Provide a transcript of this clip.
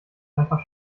einfach